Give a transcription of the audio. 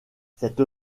cette